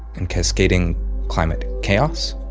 and cascading climate chaos.